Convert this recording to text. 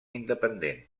independent